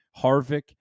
Harvick